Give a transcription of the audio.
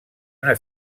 una